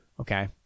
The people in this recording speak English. okay